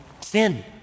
sin